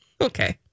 Okay